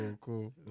cool